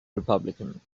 republican